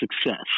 success